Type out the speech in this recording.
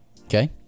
okay